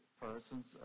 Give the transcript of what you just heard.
persons